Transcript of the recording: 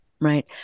right